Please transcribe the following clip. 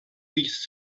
these